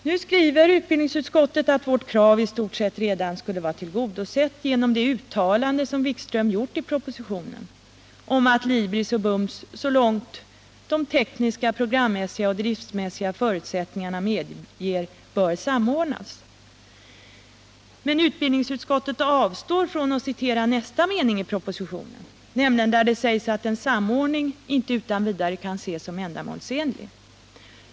Nu skriver utbildningsutskottet att vårt krav i stort sett redan skulle vara tillgodosett genom det uttalande som utbildningsminister Wikström gjort i propositionen om att Libris och BUMS så långt de tekniska, programmässiga och driftmässiga förutsättningarna medger bör samordnas. Men utbildningsutskottet avstår från att citera nästa mening i propositionen, nämligen där det sägs att en samordning inte utan vidare kan ses som ändamålsenlig.